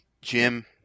Jim